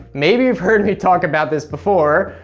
maybe you've heard me talk about this before,